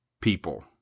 people